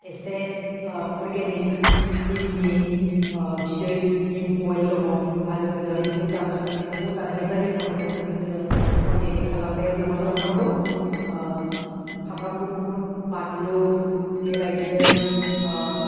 एसे ओह अरगेनिक निमनि ओह बिदै निम अयेल दङ आरो जोङो एम्फौ जानो थाखै एम्फौ जानायनिफ्राय रैखा मोननो थाखाय जोङो अरगेनिक खालामनायाव जों मा खालामनांगौ ओह सामब्राम गुफुर बानलु बेबायदिनो ओह